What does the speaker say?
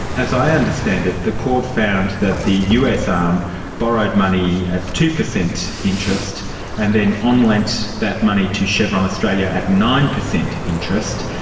as i understand it, the court found that the us arm um borrowed money at two percent interest and then on-lent that money to chevron australia at nine percent interest,